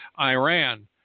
Iran